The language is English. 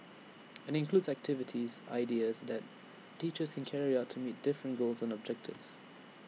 and IT includes activity ideas that teachers can carry out to meet different goals and objectives